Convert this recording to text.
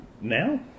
now